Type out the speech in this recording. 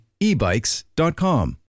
ebikes.com